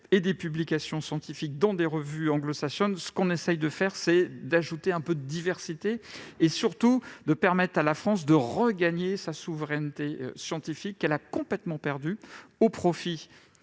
et des publications scientifiques dans des revues anglo-saxonnes, nous essayons d'ajouter un peu de diversité et de permettre à la France de regagner sa souveraineté scientifique, qu'elle a perdue au profit